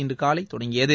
இன்றுகாலை தொடங்கியது